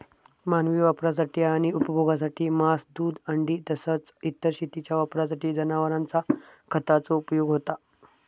मानवी वापरासाठी आणि उपभोगासाठी मांस, दूध, अंडी तसाच इतर शेतीच्या वापरासाठी जनावरांचा खताचो उपयोग होता